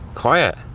quiet.